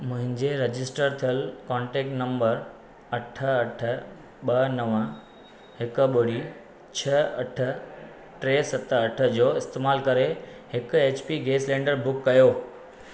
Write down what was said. मुंहिंजे रजिस्टर थियल कोन्टैक्टु नंबरु अठ अठ ॿ नव हिकु ॿुड़ी छह अठ टे सत अठ जो इस्तैमालु करे हिकु एच पी गैस सिलैंडरु बुक कयो